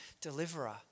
deliverer